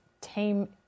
team